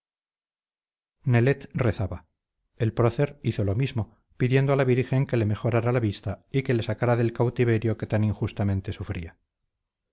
digas nelet rezaba el prócer hizo lo mismo pidiendo a la virgen que le mejorara la vista y que le sacara del cautiverio que tan injustamente sufría